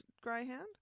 greyhound